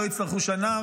לא יצטרכו שנה,